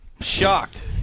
shocked